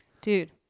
Dude